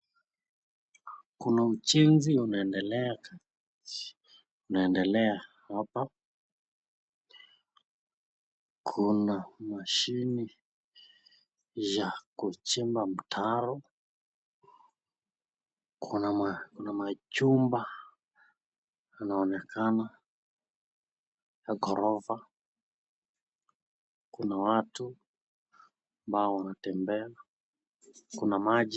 Kuna ujenzi unaendelea hapa ,kuna mashini ya kuchimba mtaro ,kuna machumba inaonekana ya ghorofa, kuna watu ambao wanatembea, kuna maji.